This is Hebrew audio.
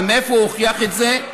ומאיפה הוא הוכיח את זה?